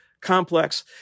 complex